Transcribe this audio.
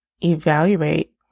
evaluate